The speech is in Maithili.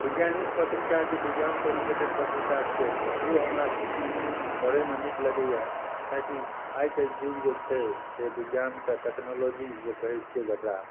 विज्ञानिक पत्रिका जे विज्ञानसँ रिलेटेड पत्रिका छै तऽ ओ हमरा चूँकि पढ़ैमे नीक लगैए किएक कि आइके युग जे छै से विज्ञानके टेक्नोलॉजी जे कहै छियै जकरा